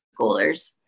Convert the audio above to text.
schoolers